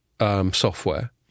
software